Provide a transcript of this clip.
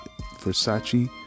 versace